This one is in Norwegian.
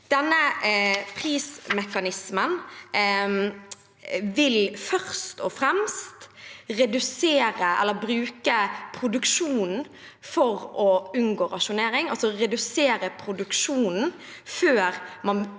spørretime 1427 fremst bruke produksjonen for å unngå rasjonering, altså redusere produksjonen før man